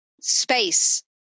space